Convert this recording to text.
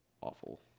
awful